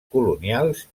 colonials